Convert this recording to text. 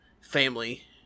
family